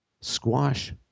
squash